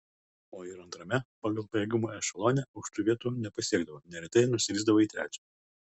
o ir antrame pagal pajėgumą ešelone aukštų vietų nepasiekdavo neretai nusirisdavo į trečią